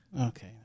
Okay